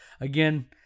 Again